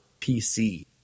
PC